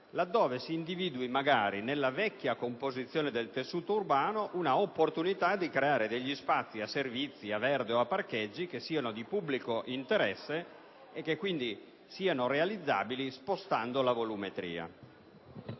laddove si individui magari nella vecchia composizione del tessuto urbano una opportunità di creare spazio a servizi, a verde o a parcheggi che siano di pubblico interesse e che quindi siano realizzabili spostando la volumetria.